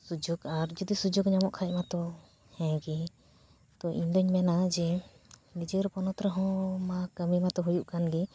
ᱥᱩᱡᱳᱜᱽ ᱟᱨ ᱡᱩᱫᱤ ᱥᱩᱡᱳᱜᱽ ᱧᱟᱢᱚᱜ ᱠᱷᱟᱱ ᱢᱟᱛᱚ ᱦᱮᱸᱜᱮ ᱛᱚ ᱤᱧᱫᱚᱧ ᱢᱮᱱᱟ ᱡᱮ ᱱᱤᱡᱮᱨ ᱯᱚᱱᱚᱛ ᱨᱮᱦᱚᱸ ᱢᱟ ᱠᱟᱹᱢᱤ ᱢᱟᱛᱚ ᱦᱩᱭᱩᱜ ᱠᱟᱱᱜᱮ